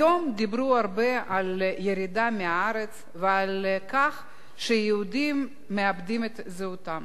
היום דיברו הרבה על ירידה מהארץ ועל כך שיהודים מאבדים את זהותם.